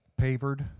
pavered